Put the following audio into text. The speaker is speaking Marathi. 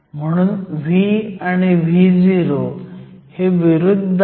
म्हणून V आणि Vo हे विरुद्ध आहेत